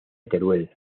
teruel